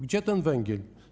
Gdzie ten węgiel?